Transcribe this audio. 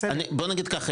בוא נגיד ככה,